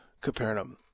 Capernaum